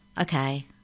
Okay